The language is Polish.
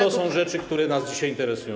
to są rzeczy, które nas dzisiaj interesują.